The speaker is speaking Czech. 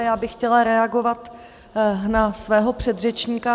Já bych chtěla reagovat na svého předřečníka.